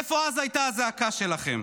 איפה אז הייתה הזעקה שלכם?